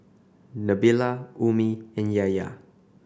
Nabila Ummi and Yahya